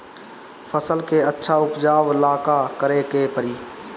फसल के अच्छा उपजाव ला का करे के परी?